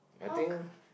I think